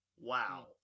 wow